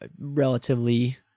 relatively